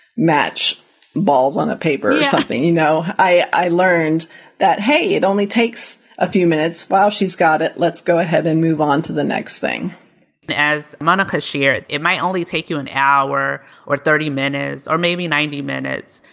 match balls on a paper or something. you know, i learned that, hey, it only takes a few minutes while she's got it. let's go ahead and move on to the next thing as monica shared, it might only take you an hour or thirty minutes or maybe ninety minutes.